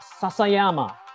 Sasayama